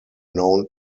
known